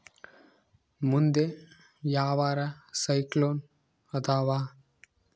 ಮುಂದೆ ಯಾವರ ಸೈಕ್ಲೋನ್ ಅದಾವ?